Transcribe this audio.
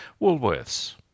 Woolworths